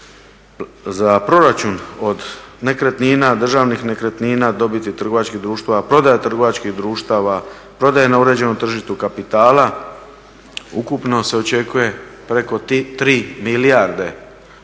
za proračun od nekretnina, državnih nekretnina, dobiti trgovačkih društava, prodaja trgovačkih društava, prodaja na uređenom tržištu kapitala ukupno se očekuje preko 3 milijarde